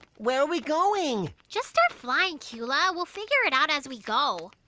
where are we going? just start flying, cula. we'll figure it out as we go.